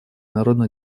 народно